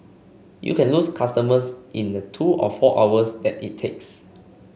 you can lose customers in the two or four hours that it takes